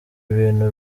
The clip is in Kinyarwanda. ibintu